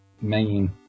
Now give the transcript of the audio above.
main